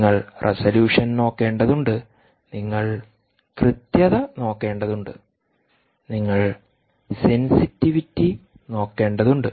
നിങ്ങൾ റെസലൂഷൻ നോക്കേണ്ടതുണ്ട് നിങ്ങൾ കൃത്യത നോക്കേണ്ടതുണ്ട് നിങ്ങൾ സെൻസിറ്റിവിറ്റി നോക്കേണ്ടതുണ്ട്